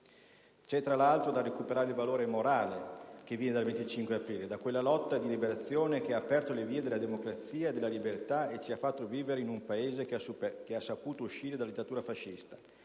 C'è tra l'altro da recuperare il valore morale che viene dal 25 aprile e da quella lotta di liberazione che ha aperto le vie della democrazia e della libertà e ci ha fatto vivere in un Paese che è saputo uscire dalla dittatura fascista,